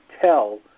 tell